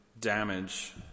damage